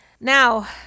Now